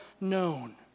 known